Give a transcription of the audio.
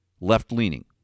left-leaning